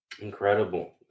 Incredible